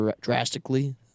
drastically